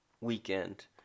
weekend